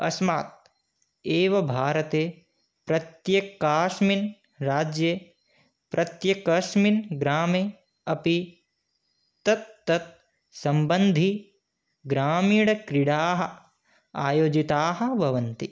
अस्मात् एव भारते प्रत्येकस्मिन् राज्ये प्रत्येकस्मिन् ग्रामे अपि तत् तत् सम्बन्धिग्रामीणक्रीडाः आयोजिताः भवन्ति